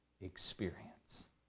experience